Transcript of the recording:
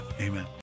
Amen